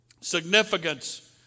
significance